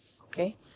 okay